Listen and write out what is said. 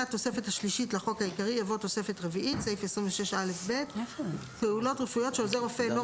תוספת רביעית (סעיף 26א(ב)) פעולות רפואיות שעוזר רופא אינו